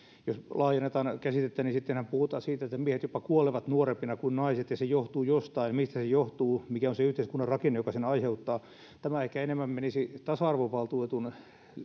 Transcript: jos laajennetaan käsitettä niin sittenhän puhutaan siitä että miehet jopa kuolevat nuorempina kuin naiset ja se johtuu jostain mistä se johtuu mikä on se yhteiskunnan rakenne joka sen aiheuttaa tämä ehkä enemmän menisi tasa arvovaltuutetun